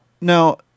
now